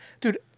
Dude